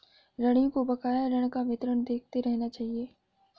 ऋणी को बकाया ऋण का विवरण देखते रहना चहिये